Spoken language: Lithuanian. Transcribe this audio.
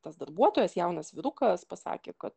tas darbuotojas jaunas vyrukas pasakė kad